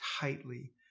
tightly